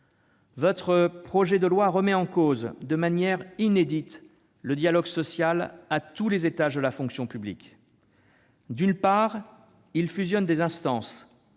Votre projet de loi remet en cause de manière inédite le dialogue social à tous les étages de la fonction publique. D'une part, il fusionne des instances,